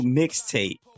mixtape